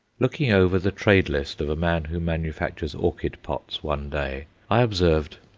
looking over the trade list of a man who manufactures orchid-pots one day, i observed,